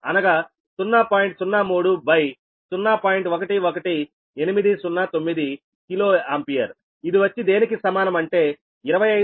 11809కిలో ampere ఇది వచ్చి దేనికి సమానం అంటే 25